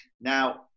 Now